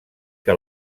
que